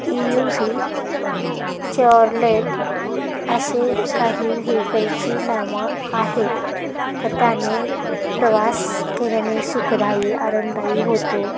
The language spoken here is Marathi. ई यु व्ही चॉर्लेट असे काही व्हेकलची नावं आहेत तर त्यांनी प्रवास केल्याने सुखदायी आरामदायी होतो